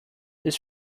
this